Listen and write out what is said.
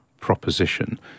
proposition